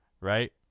right